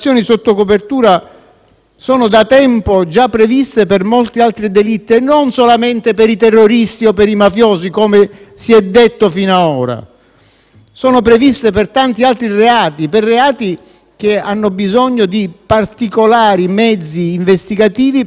sono da tempo già previste per molti altri delitti e non solamente per i terroristi o per i mafiosi, come si è detto fino a ora. Sono previste per tanti altri reati, per reati che hanno bisogno di particolari mezzi investigativi per essere scoperti.